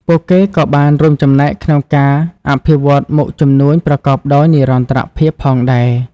ពួកគេក៏បានរួមចំណែកក្នុងការអភិវឌ្ឍមុខជំនួញប្រកបដោយនិរន្តរភាពផងដែរ។